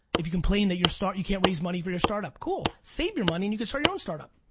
if you complain that your start you can't raise money for your startup cool save your money and you can start your own startup.